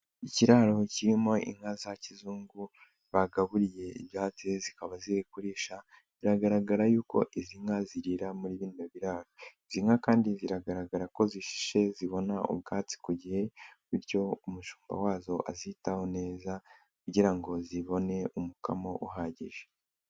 Ikiraro kirimo inka za kizungu bagaburiye ibyatsi zikaba zirigurisha, biragaragara yuko izi nka zirira muri bino biraro, izi nka kandi ziragaragara ko zishe zibona ubwatsi ku gihe, bityo umushumba wazo azitaho neza kugira ngo zibone umukamo uhagije.